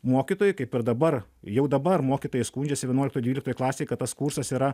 mokytojai kaip ir dabar jau dabar mokytojai skundžiasi vienuoliktoj dvyliktoj klasėj kad tas kursas yra